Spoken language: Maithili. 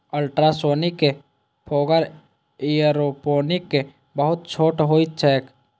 अल्ट्रासोनिक फोगर एयरोपोनिक बहुत छोट होइत छैक